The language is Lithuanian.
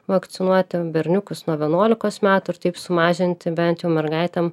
vakcinuoti berniukus nuo vienuolikos metų ir taip sumažinti bent jau mergaitėm